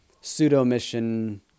pseudo-mission